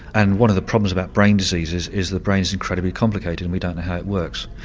and one of the problems about brain diseases is the brain is incredibly complicated and we don't know how it works.